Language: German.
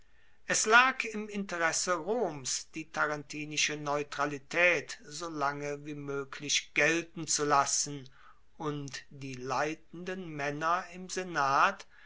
es lag im interesse roms die tarentinische neutralitaet so lange wie moeglich gelten zu lassen und die leitenden maenner im senat